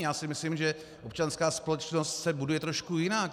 Já si myslím, že občanská společnost se buduje trošku jinak.